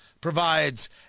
provides